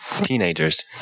teenagers